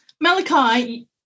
Malachi